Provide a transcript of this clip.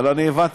אבל אני הבנתי.